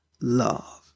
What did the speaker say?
love